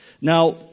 Now